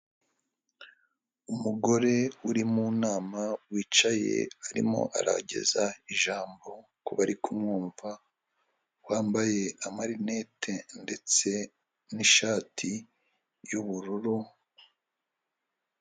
Umugore uri mu nama wicaye arimo arageza ijambo ku bari kumwumva, wambaye amarinete ndetse n'ishati y'ubururu.